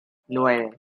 nueve